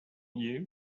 you